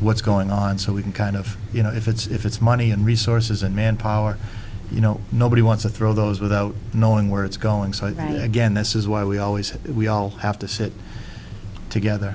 what's going on so we can kind of you know if it's if it's money and resources and manpower you know nobody wants to throw those without knowing where it's going so i write again this is why we always we all have to sit together